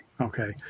Okay